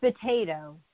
potato